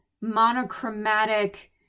monochromatic